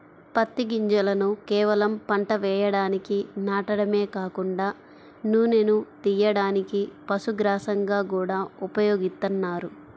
పత్తి గింజలను కేవలం పంట వేయడానికి నాటడమే కాకుండా నూనెను తియ్యడానికి, పశుగ్రాసంగా గూడా ఉపయోగిత్తన్నారు